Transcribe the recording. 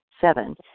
Seven